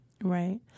Right